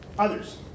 Others